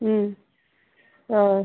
ம் ஆ